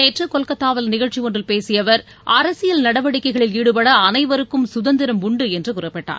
நேற்றுகொல்கத்தாவில் நிகழ்ச்சிஒன்றில் பேசியஅவர் அரசியல் நடவடிக்கைகளில் ஈடுபட அனைவருக்கும் சுதந்திரம் உண்டுஎன்றுகறிப்பிட்டார்